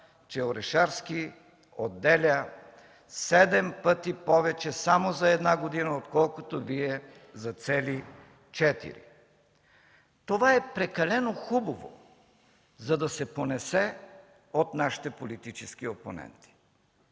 че Орешарски отделя седем пъти повече само за една година, отколкото Вие за цели четири. Това е прекалено хубаво, за да се понесе от нашите политически опоненти.